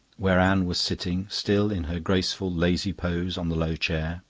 where anne was sitting, still in her graceful, lazy pose, on the low chair.